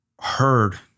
heard